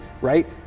right